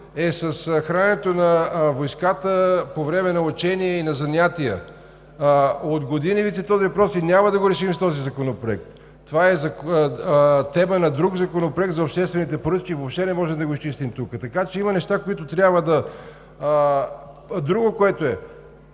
е с храненето на войската по време на учение и на занятия. От години виси този въпрос и няма да го решим с този законопроект! Това е тема на друг законопроект – за обществените поръчки, въобще не можем да го изчистим тук. Така че има неща, които трябва да… Създаваме нещо,